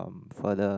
further